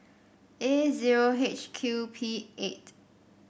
A zero H Q P eight